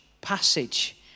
passage